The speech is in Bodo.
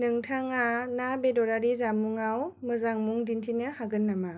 नोंथाङा ना बेदरारि जामुंयाव मोजां मुं दिन्थिनो हागोन नामा